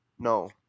No